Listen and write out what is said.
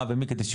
מה ואיך,